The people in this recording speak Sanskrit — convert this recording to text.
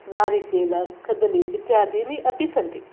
नारिकेलं कदली इत्यादीनि अपि सन्ति